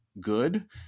good